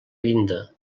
llinda